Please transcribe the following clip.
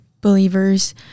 believers